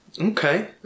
Okay